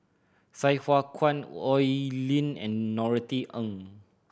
Sai Hua Kuan Oi Lin and Norothy Ng